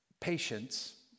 patience